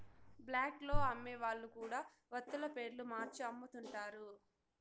black లో అమ్మే వాళ్ళు కూడా వత్తుల పేర్లు మార్చి అమ్ముతుంటారు